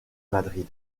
madrid